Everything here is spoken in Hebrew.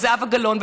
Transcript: וזהבה גלאון,